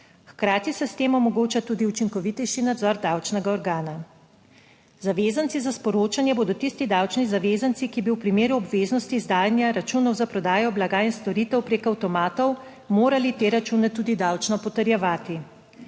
Hkrati se s tem omogoča tudi učinkovitejši nadzor davčnega organa. Zavezanci za sporočanje bodo tisti davčni zavezanci, ki bi v primeru obveznosti izdajanja računov za prodajo blaga in storitev preko avtomatov morali te račune tudi davčno potrjevati.